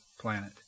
planet